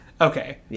Okay